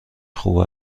خوب